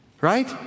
right